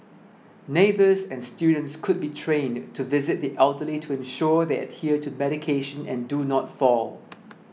neighbours and students could be trained to visit the elderly to ensure they adhere to medication and do not fall